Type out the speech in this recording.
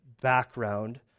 background